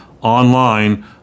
online